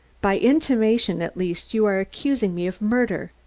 by intimation, at least, you are accusing me of murder.